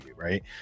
right